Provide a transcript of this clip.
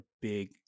big